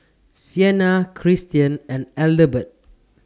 Sienna Kristian and Adelbert